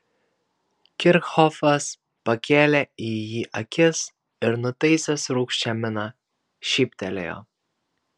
kirchhofas pakėlė į jį akis ir nutaisęs rūgščią miną šyptelėjo